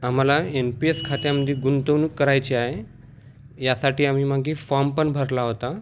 आम्हाला N P S खात्यामध्ये गुंतवणूक करायची आहे यासाठी आम्ही मागे फॉम पण भरला होता